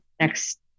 next